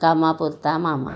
कामापुरता मामा